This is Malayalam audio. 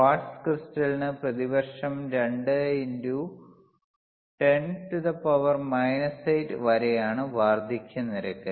ക്വാർട്സ് ക്രിസ്റ്റലിന് പ്രതിവർഷം 2 x 10 8 വരെയാണ് വാർദ്ധക്യ നിരക്ക്